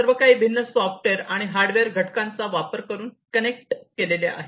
सर्व काही भिन्न सॉफ्टवेअर आणि हार्डवेअर घटकांचा वापर करून कनेक्ट केलेले आहे